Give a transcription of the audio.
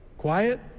Quiet